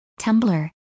Tumblr